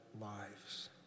lives